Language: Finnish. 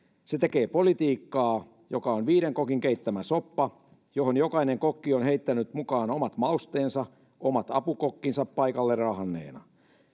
se tekee politiikkaa joka on viiden kokin keittämä soppa johon jokainen kokki on on heittänyt mukaan omat mausteensa omat apukokkinsa paikalle raahanneena